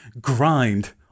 grind